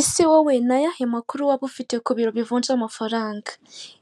Ese wowe ni ayahe makuru waba ufite ku biro bivunja amafaranga